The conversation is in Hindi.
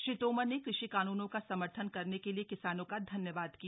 श्री तोमर ने कृषि कानूनों का समर्थन करने के लिए किसानों का धन्यवाद किया